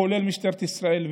כולל משטרת ישראל,